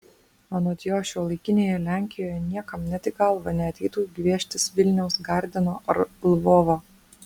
anot jo šiuolaikinėje lenkijoje niekam net į galvą neateitų gvieštis vilniaus gardino ar lvovo